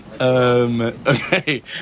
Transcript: Okay